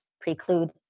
preclude